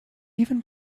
even